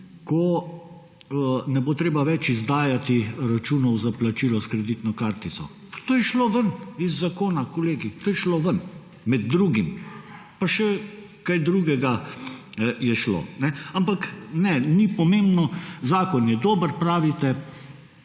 ko ne bo treba več izdajati računov za plačilo s kreditno kartico. To je šlo ven iz zakona, kolegi, to je šlo ven – med drugim. Pa še kaj drugega je šlo. Ampak ne, ni pomembno, zakon je dober, pravite,